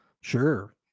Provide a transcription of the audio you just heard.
Sure